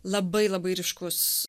labai labai ryškus